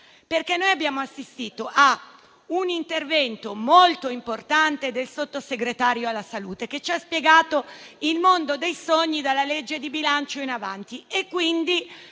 un aiuto. Abbiamo assistito a un intervento molto importante del Sottosegretario alla salute, che ci ha spiegato il mondo dei sogni dalla legge di bilancio in avanti. E, quindi,